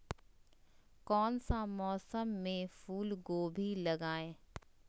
कौन सा मौसम में फूलगोभी लगाए?